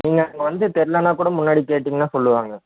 நீங்கள் அங்கே வந்து தெரிலனா கூட முன்னாடி கேட்டிங்கன்னா சொல்லுவாங்க